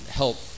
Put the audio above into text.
help